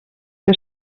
que